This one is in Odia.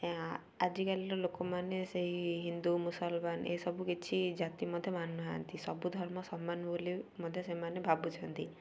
ଏ ଆଜିକାଲିର ଲୋକମାନେ ସେଇ ହିନ୍ଦୁ ମୁସଲମାନ ଏସବୁ କିଛି ଜାତି ମଧ୍ୟ ମାନୁନାହାନ୍ତି ସବୁ ଧର୍ମ ସମାନ ବୋଲି ମଧ୍ୟ ସେମାନେ ଭାବୁଛନ୍ତି